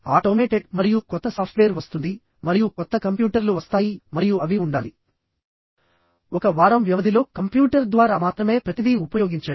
automated మరియు కొత్త software వస్తుంది మరియు కొత్త కంప్యూటర్లు వస్తాయి మరియు అవి ఉండాలి ఒక వారం వ్యవధిలో కంప్యూటర్ ద్వారా మాత్రమే ప్రతిదీ ఉపయోగించండి